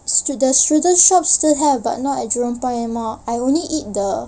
strudel strudel shop still have but not at jurong point anymore I only eat the